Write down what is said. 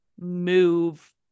move